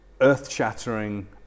earth-shattering